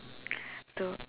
to